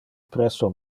presso